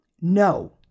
No